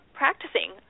practicing